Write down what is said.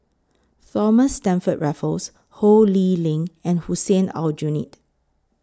Thomas Stamford Raffles Ho Lee Ling and Hussein Aljunied